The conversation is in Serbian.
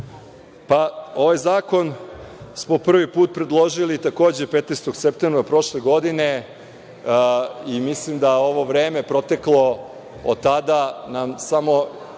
Ovaj zakon smo prvi put predložili takođe 15. septembra prošle godine i mislim da ovo vreme proteklo od tada nam samo